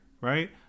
right